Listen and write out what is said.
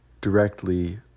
directly